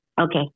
Okay